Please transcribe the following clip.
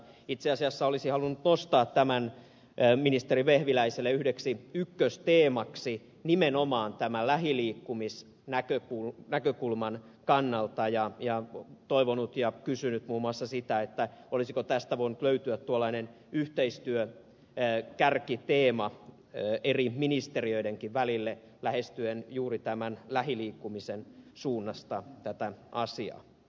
itse asiassa olisin halunnut nostaa tämän ministeri vehviläiselle yhdeksi ykkösteemaksi nimenomaan lähiliikkumisnäkökulman kannalta ja toivoa ja kysyä muun muassa sitä olisiko tästä voinut löytyä yhteistyökärkiteema eri ministeriöidenkin välille lähestyen juuri lähiliikkumisen suunnasta tätä asiaa